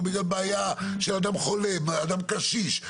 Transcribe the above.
או בעיה של אדם חולה או קשיש,